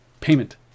Payment